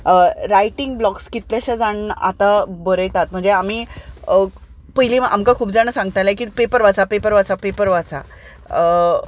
writing blogs कितलेशेच जाण आतां बरयतात म्हणजे आमी पयलीं आमकां खूब जाणां सांगताले की पेपर वाचा पेपर वाचा पेपर वाचा